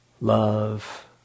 love